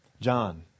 John